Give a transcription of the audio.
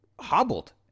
hobbled